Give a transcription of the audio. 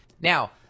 Now